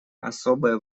особое